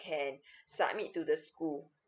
can submit to the school